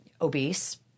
obese